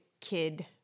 kid